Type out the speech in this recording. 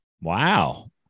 Wow